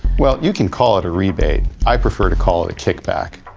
well, you can call it a rebate. i prefer to call it a kickback.